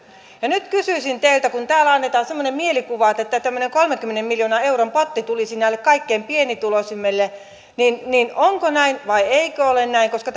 nyt kysyisin teiltä kun täällä annetaan semmoinen mielikuva että tämmöinen kolmenkymmenen miljoonan euron potti tulisi näille kaikkein pienituloisimmille onko näin vai eikö ole näin koska